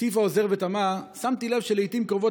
הוסיף העוזר ותמה: שמתי לב שלעיתים קרובות